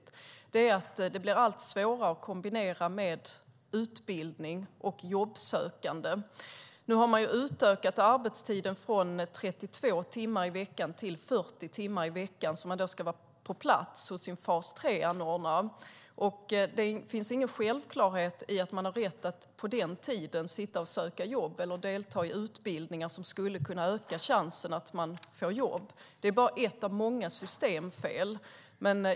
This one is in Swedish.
Det som skrämmer mig med fas 3 är att det blir allt svårare att kombinera med utbildning och jobbsökande. Nu har man utökat arbetstiden från 32 timmar i veckan till 40 timmar i veckan då man ska vara på plats hos sin fas 3-anordnare. Det är inte självklart att man har rätt att söka jobb eller delta i utbildningar som skulle kunna öka chansen att få jobb under den tiden. Det är ett av många systemfel.